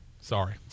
sorry